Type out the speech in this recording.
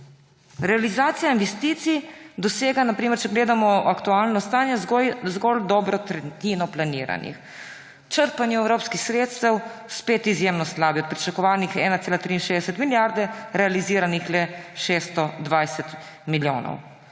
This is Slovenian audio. Realizacija investicij dosega na primer, če gledamo aktualno stanje, zgolj dobro tretjino planiranih. Črpanje evropskih sredstev spet izjemno slabo, pričakovanih 1,63 milijarde, realiziranih le 620 milijonov.